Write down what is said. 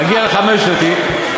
נגיע לחמש-שנתי,